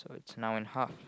waits now in half